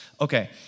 Okay